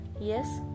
Yes